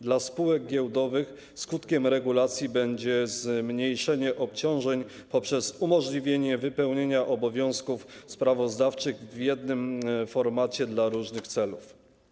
Dla spółek giełdowych skutkiem regulacji będzie zmniejszenie obciążeń poprzez umożliwienie wypełnienia obowiązków sprawozdawczych w jednym formacie dla różnych celów.